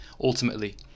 ultimately